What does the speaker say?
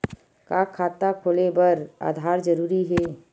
का खाता खोले बर आधार जरूरी हे?